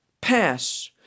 Pass